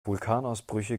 vulkanausbrüche